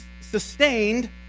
sustained